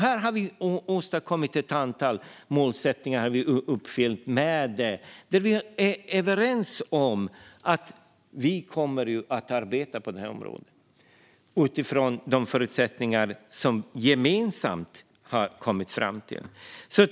Här har vi alltså satt upp ett antal målsättningar, där vi är överens om att vi kommer att arbeta på det här området utifrån de förutsättningar vi gemensamt har kommit fram till.